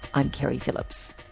i'm keri phillips